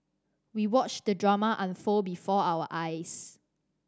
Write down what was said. we watched the drama unfold before our eyes